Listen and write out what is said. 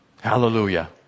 Hallelujah